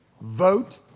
vote